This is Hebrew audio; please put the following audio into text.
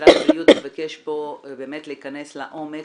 משרד הבריאות ביקש פה באמת להיכנס לעומק